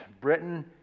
Britain